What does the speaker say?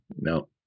no